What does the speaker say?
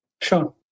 Sure